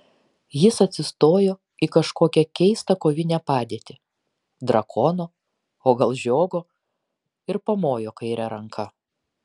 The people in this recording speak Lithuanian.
jis atsistojo į kažkokią keistą kovinę padėtį drakono o gal žiogo ir pamojo kaire ranka